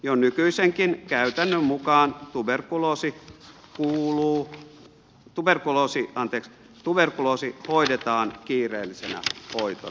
jo nykyisenkin käytännön mukaan tuberkuloosi hoidetaan kiireellisenä hoitona